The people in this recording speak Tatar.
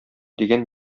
дигән